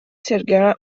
сэргэҕэ